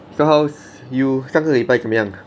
so how's you 上个礼拜怎么样